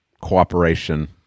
cooperation